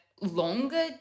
longer